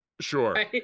sure